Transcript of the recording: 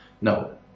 no